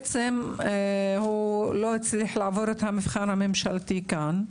ולא הצליח לעבור את המבחן הממשלתי כאן,